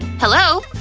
hello?